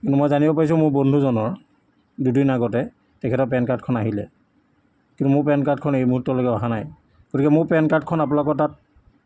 কিন্তু মই জানিব পাৰিছোঁ মোৰ বন্ধুজনৰ দুদিন আগতে তেখেতৰ পেন কাৰ্ডখন আহিলে কিন্তু মোৰ পেন কাৰ্ডখন এই মুহূৰ্ত্তলৈকে অহা নাই গতিকে মোৰ পেন কাৰ্ডখন আপোনালোকৰ তাত